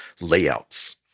layouts